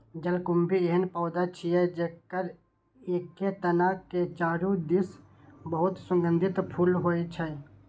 जलकुंभी एहन पौधा छियै, जेकर एके तना के चारू दिस बहुत सुगंधित फूल होइ छै